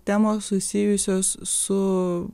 temos susijusios su